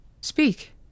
Speak